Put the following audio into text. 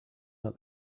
out